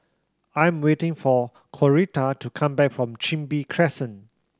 I'm waiting for Coretta to come back from Chin Bee Crescent